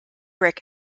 brick